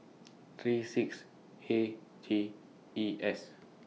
three six A G E S